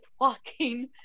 walking